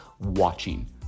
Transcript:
watching